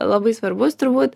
labai svarbus turbūt